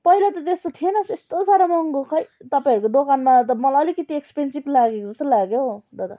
पहिला त त्यस्तो थिएन त त्यस्तो साह्रो महँगो खोई तपाईँहरूको दोकानमा त मलाई अलिकति एक्सपेनसिभ लागेको जस्तो लाग्यो हौ दादा